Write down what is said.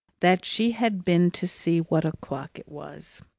that she had been to see what o'clock it was.